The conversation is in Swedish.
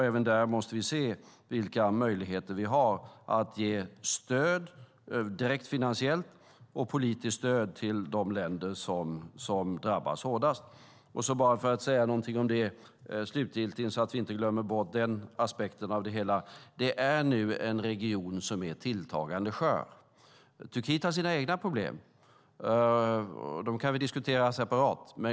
Även där måste vi se vilka möjligheter vi har att ge stöd direkt finansiellt och politiskt stöd till de länder som drabbas hårdast. Jag ska slutligen säga något om en aspekt av det hela så att vi inte glömmer bort den. Det är nu en region som är tilltagande skör. Turkiet har sina egna problem. De kan vi diskutera separat.